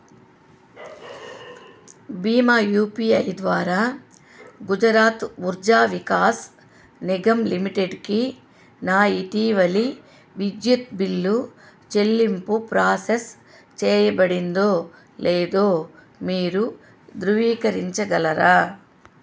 బీమా U P I ద్వారా గుజరాత్ ఉర్జా వికాస్ నిగమ్ లిమిటెడ్కి నా ఇటీవలి విద్యుత్ బిల్లు చెల్లింపు ప్రాసెస్ చేయబడిందో లేదో మీరు ధృవీకరించగలరా